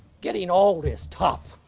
getting old is tough.